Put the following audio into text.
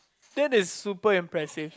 that is super impressive